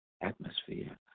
atmosphere